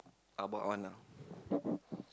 about one lah